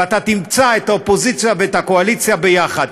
ואתה תמצא את האופוזיציה ואת הקואליציה יחד.